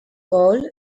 gaulle